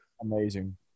amazing